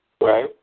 Right